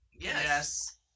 Yes